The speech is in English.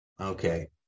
Okay